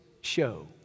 show